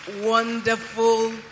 wonderful